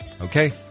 Okay